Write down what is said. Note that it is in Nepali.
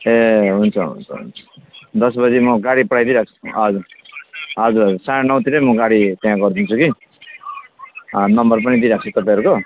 ए हुन्छ हुन्छ हुन्छ दस बजे म गाडी पठाइदिई राख्छु हजुर हजुर हजुर साढे नौतिरै म गाडी त्यहाँ गरिदिन्छु कि नम्बर पनि दिइराख्छु तपाईँहरूको